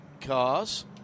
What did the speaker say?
cars